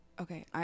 Okay